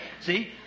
See